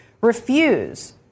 refuse